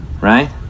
right